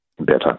better